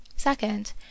second